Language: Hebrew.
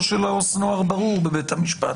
של העובד הסוציאלי מאוד ברור בבית המשפט.